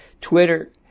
Twitter